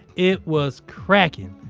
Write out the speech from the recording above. it was crackin'!